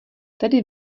tady